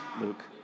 Luke